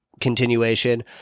continuation